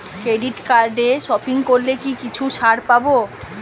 Credit কার্ডে shopping করলে কি কিছু ছাড় পাব?